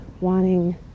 wanting